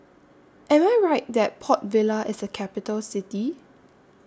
Am I Right that Port Vila IS A Capital City